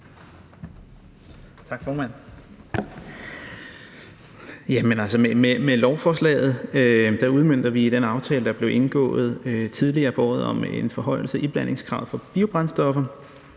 Med lovforslaget udmønter vi den aftale, der blev indgået tidligere på året om en forhøjelse af iblandingskravet for biobrændstoffer